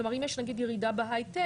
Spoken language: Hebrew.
כלומר אם יש נגיד ירידה בהייטק,